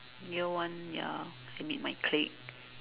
year one ya I meet my clique